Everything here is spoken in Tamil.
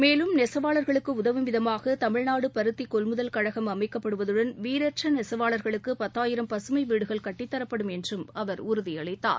மேலும் நெசவாளர்களுக்கு உதவும் விதமாக தமிழ்நாடு பருத்தி கொள்முதல் கழகம் அமைக்கப்படுவதுடன் வீடற்ற நெசவாளர்களுக்கு பத்தாயிரம் பசுமை வீடுகள் கட்டித்தரப்படும் என்றும் அவர் உறுதியளித்தார்